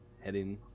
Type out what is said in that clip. heading